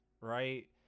right